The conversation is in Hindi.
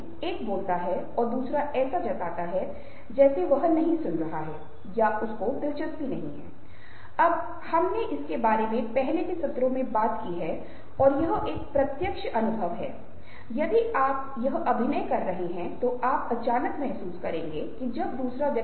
यह एक ऐसी चीज है जिसे हमें अपने दिमाग में रखने की जरूरत है वह चीज है जिसके बारे में हम आज पहले के क्लास में जहां हम इशारों से निपटते हैं की तुलना में अधिक विस्तार से चर्चा करने जा रहे हैं